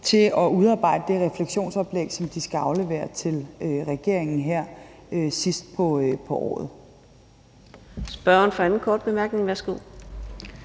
til at udarbejde det refleksionsoplæg, som de skal aflevere til regeringen her sidst på året. Kl. 14:56 Fjerde næstformand (Karina